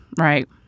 right